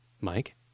Mike